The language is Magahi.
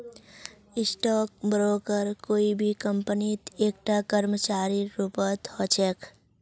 स्टाक ब्रोकर कोई भी कम्पनीत एकता कर्मचारीर रूपत ह छेक